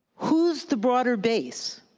who's the broader base?